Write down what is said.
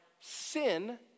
sin